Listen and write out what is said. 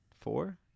four